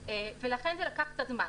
לכן זה לקח קצת זמן.